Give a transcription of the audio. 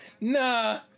nah